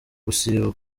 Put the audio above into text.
gusubika